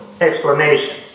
explanation